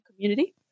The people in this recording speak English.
community